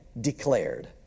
declared